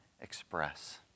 express